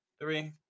Three